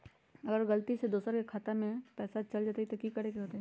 अगर गलती से दोसर के खाता में पैसा चल जताय त की करे के होतय?